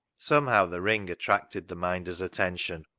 somehow the ring attracted the minder's attention.